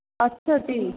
ਅੱਛਾ ਜੀ